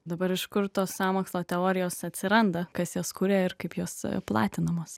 dabar iš kur tos sąmokslo teorijos atsiranda kas jas kuria ir kaip jos platinamos